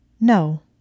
No